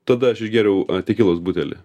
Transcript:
tada aš išgėriau tekilos butelį